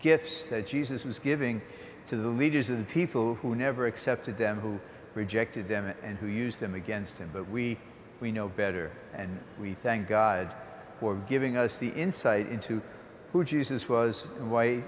gifts that jesus was giving to the leaders and people who never accepted them who rejected them and who used them against him but we we know better and we thank god for giving us the insight into who jesus was